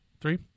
Three